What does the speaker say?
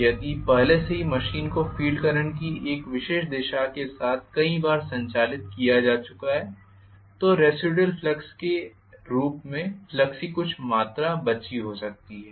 यदि पहले से ही मशीन को फील्ड करंट की एक विशेष दिशा के साथ कई बार संचालित किया चुका है तो रेसिडुयल फ्लक्स के रूप में फ्लक्स की कुछ मात्रा बची हो सकती है